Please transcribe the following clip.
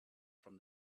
from